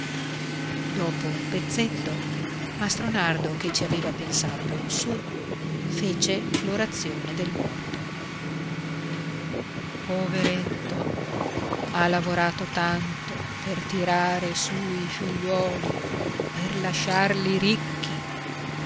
dopo un pezzetto mastro nardo che ci aveva pensato su fece l'orazione del morto poveretto ha lavorato tanto per tirare su i figliuoli per lasciarli ricchi